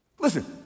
Listen